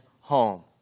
home